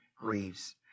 grieves